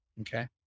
Okay